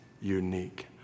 unique